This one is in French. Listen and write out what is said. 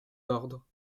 ordre